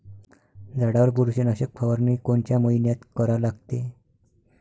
झाडावर बुरशीनाशक फवारनी कोनच्या मइन्यात करा लागते?